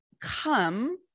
come